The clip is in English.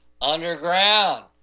underground